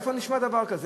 איפה נשמע דבר כזה?